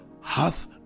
hath